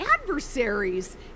adversaries